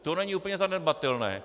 To není úplně zanedbatelné.